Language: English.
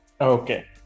Okay